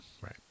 Right